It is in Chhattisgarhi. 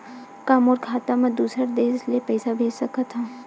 का मोर खाता म दूसरा देश ले पईसा भेज सकथव?